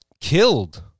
killed